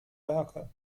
werke